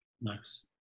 Nice